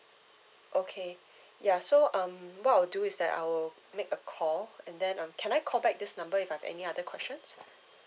okay ya so um what I'll do is that I will make a call and then um can I call back this number if I have any other questions